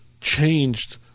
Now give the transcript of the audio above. changed